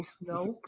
Nope